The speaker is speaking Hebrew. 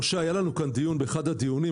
היה לנו כאן דיון באחד הדיונים,